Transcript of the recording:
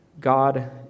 God